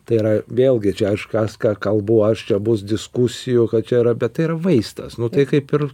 tai yra vėlgi čia aišku kas ką kalbu aš čia bus diskusijų čia yra bet ir vaistas nu tai kaip ir